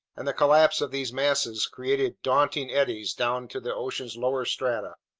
and the collapse of these masses created daunting eddies down to the ocean's lower strata.